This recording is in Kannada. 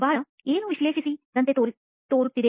ಬಾಲಾ ಏನೋ ವಿಶ್ಲೇಷಿಸಿದಂತೆ ತೋರುತ್ತಿದೆ